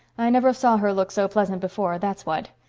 i never saw her look so pleasant before, that's what.